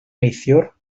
neithiwr